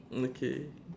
okay